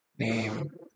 Name